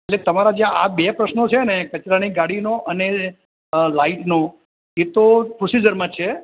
એટલે તમારા જે આ બે પ્રશ્નો છે ને કચરાની ગાડીનો અને લાઇટનો એ તો પ્રોસિજરમાં જ છે